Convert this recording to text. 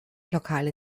lokale